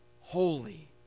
Holy